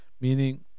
meaning